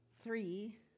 three